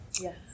Yes